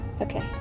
Okay